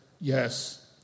yes